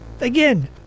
Again